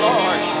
Lord